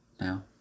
now